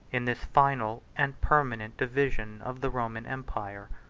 in this final and permanent division of the roman empire.